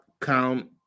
count